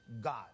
God